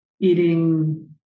Eating